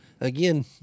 again